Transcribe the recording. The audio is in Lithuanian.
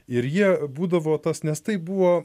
ir jie būdavo tas nes tai buvo